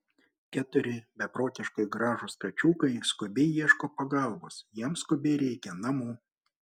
keturi beprotiškai gražūs kačiukai skubiai ieško pagalbos jiems skubiai reikia namų